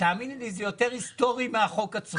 תאמיני לי שזה יותר היסטורי מהחוק עצמו.